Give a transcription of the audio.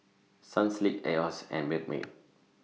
Sunsilk Asos and Milkmaid